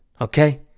okay